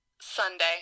Sunday